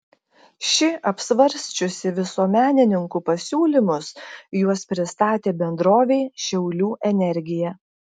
ši apsvarsčiusi visuomenininkų pasiūlymus juos pristatė bendrovei šiaulių energija